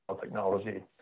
technology